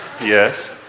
yes